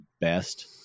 best